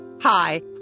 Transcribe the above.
Hi